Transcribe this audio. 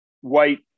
white